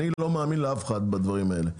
אני לא מאמין לאף אחד בדברים האלה,